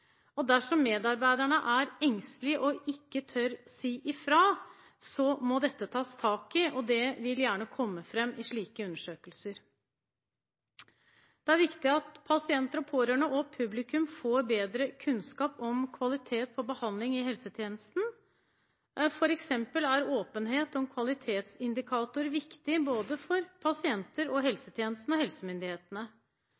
medarbeidertilfredshet. Dersom medarbeiderne er engstelige og ikke tør å si ifra, må man ta tak i dette, og det vil gjerne komme fram i slike undersøkelser. Det er viktig at pasienter, pårørende og publikum får bedre kunnskap om kvalitet på behandling i helsetjenesten, f.eks. er åpenhet om kvalitetsindikator viktig for både pasienter, helsetjenesten og